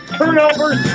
Turnovers